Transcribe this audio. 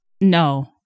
no